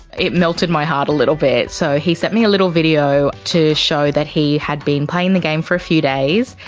it melted my heart a little bit. so he sent me a little video to show that he had been playing the game for a few days,